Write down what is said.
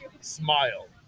smile